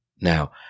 Now